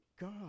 God